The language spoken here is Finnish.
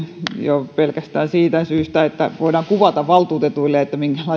jo pelkästään siitä syystä että voidaan kuvata valtuutetuille minkälaisessa